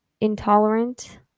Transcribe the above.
intolerant